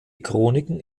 chroniken